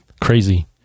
crazy